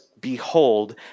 behold